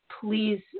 please